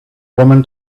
woman